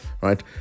right